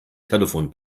telefon